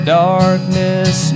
darkness